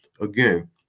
again